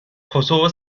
kosova